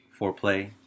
foreplay